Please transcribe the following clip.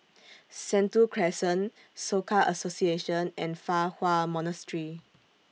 Sentul Crescent Soka Association and Fa Hua Monastery